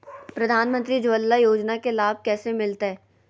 प्रधानमंत्री उज्वला योजना के लाभ कैसे मैलतैय?